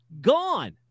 gone